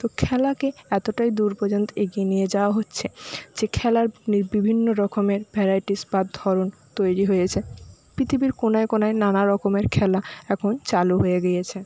তো খেলাকে এতোটাই দূর পর্যন্ত এগিয়ে নিয়ে যাওয়া হচ্ছে যে খেলার বিভিন্ন রকমের ভ্যারাইটিস বা ধরণ তৈরি হয়েছে পৃথিবীর কোনায় কোনায় নানারকমের খেলা এখন চালু হয়ে গিয়েছে